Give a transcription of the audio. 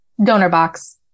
DonorBox